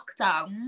lockdown